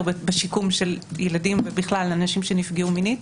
בשיקום של ילדים ובכלל באנשים שנפגעו מינית.